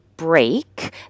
break